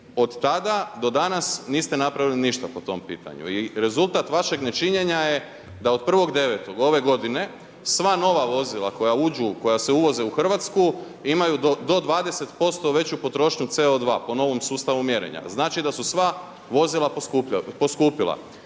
od tada do danas niste napravili ništa po tom pitanju i rezultat vašeg nečinjenja je da od 1.9. ove godine sva nova vozila koja uđu, koja se uvoze u Hrvatsku imaju do 20% veću potrošnju CO2 po novom sustavu mjerenja. Znači da su sva vozila poskupila.